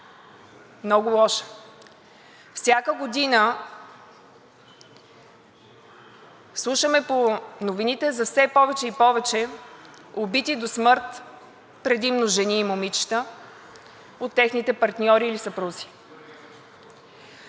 много лоша. Всяка година слушаме по новините за все повече и повече бити до смърт, предимно жени и момичета, от техните партньори или съпрузи.